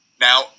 Now